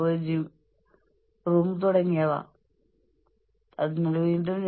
നമ്മളുടെ ജീവനക്കാർക്കായി നമുക്ക് കൈവരിക്കാവുന്ന ഹ്രസ്വമായ ലക്ഷ്യങ്ങൾ സജ്ജമാക്കാൻ കഴിയും